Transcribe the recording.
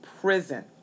prison